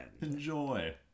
Enjoy